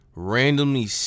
randomly